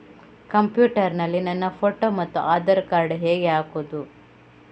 Computer ನಲ್ಲಿ ನನ್ನ photo ಮತ್ತು ಆಧಾರ್ ಕಾರ್ಡ್ ಹೇಗೆ ಹಾಕುವುದು?